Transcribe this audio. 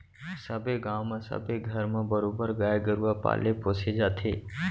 सबे गाँव म सबे घर म बरोबर गाय गरुवा पाले पोसे जाथे